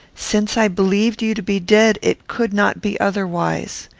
since i believed you to be dead, it could not be otherwise.